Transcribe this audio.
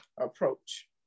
approach